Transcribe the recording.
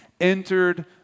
entered